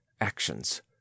actions